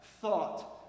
thought